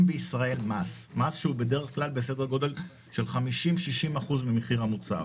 בישראל במס שהוא בדרך כלל בסדר גודל של 50% - 60% ממחיר המוצר.